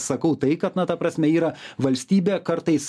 sakau tai kad na ta prasme yra valstybė kartais